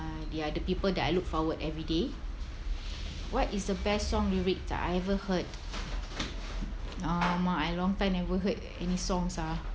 uh they are the people that I look forward every day what is the best song lyrics that I ever heard !alamak! I long time never heard any songs ah